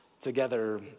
together